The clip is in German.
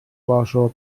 warschauer